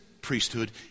priesthood